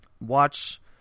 watch